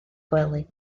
gwely